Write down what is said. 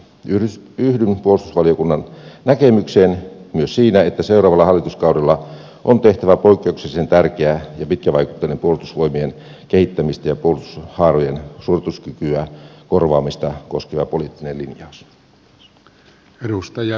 yhdyn puolustusvaliokunnan näkemykseen myös siinä että seuraavalla hallituskaudella on tehtävä poikkeuksellisen tärkeä ja pitkävaikutteinen puolustusvoimien kehittämistä ja puolustushaarojen suorityskykyjen korvaamista koskeva poliittinen linjaus